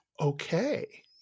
okay